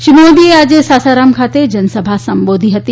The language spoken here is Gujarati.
શ્રી મોદીએ આજે સાસારામ ખાતે જનસભા સંબોધી હતી